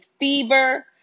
fever